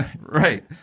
Right